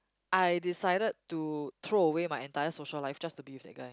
I decided to throw away my entire social life just to be with that guy